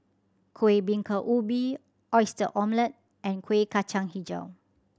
Kueh Bingka Ubi Oyster Omelette and Kuih Kacang Hijau